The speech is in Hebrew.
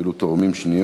אפילו תורמים שניות.